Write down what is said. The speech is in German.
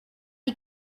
die